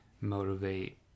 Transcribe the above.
motivate